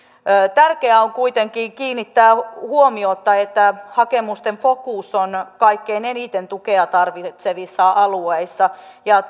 tärkeää on kuitenkin kiinnittää huomiota siihen että hakemusten fokus on kaikkein eniten tukea tarvitsevissa alueissa ja